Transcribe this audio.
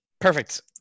Perfect